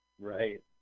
Right